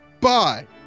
Bye